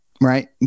right